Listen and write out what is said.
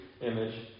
image